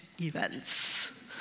events